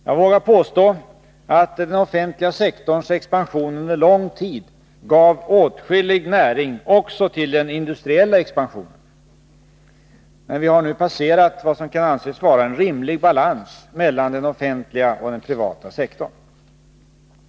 Jag vågar påstå att den offentliga sektorns expansion under lång tid gav åtskillig näring också till den industriella expansionen. Men vi har nu passerat vad som kan anses vara en rimlig balans mellan den offentliga och den privata sektorn.